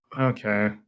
Okay